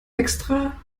extra